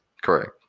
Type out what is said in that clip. correct